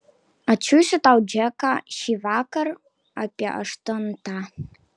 atsiųsiu tau džeką šįvakar apie aštuntą